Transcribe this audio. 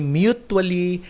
mutually